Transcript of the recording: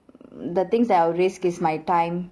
the things that I'll risk is my time